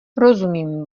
rozumím